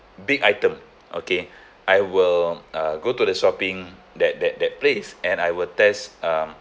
big item okay I will uh go to the shopping that that that place and I will test um